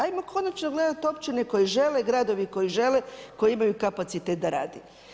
Ajmo konačno gledati općine koje žele, gradovi koji žele, koji imaju kapacitet da radi.